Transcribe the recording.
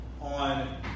on